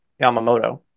Yamamoto